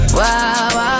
wow